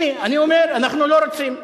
הנה, אני אומר, אנחנו לא רוצים.